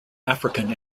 african